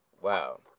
Wow